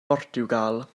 mhortiwgal